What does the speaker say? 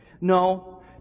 No